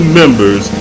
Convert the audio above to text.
members